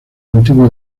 antigua